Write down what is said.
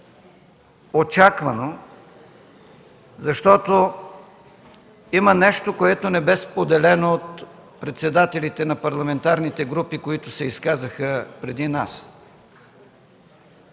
очаквано, защото има нещо, което не бе споделено от председателите на парламентарните групи, които се изказаха преди нас.